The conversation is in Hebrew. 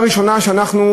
שזו הפעם הראשונה שהנושא עולה